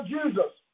Jesus